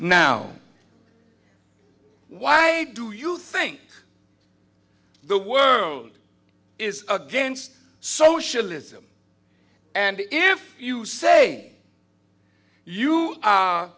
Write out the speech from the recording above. now why do you think the world is against socialism and if you say you